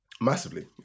massively